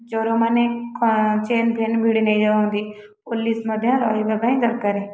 ଚୋରମାନେ chain phone ଭିଡ଼ି ନେଇଯାଉଛନ୍ତି ପୋଲିସ ମଧ୍ୟ ଧରିବା ପାଇଁ ଦରକାର